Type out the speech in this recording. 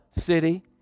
city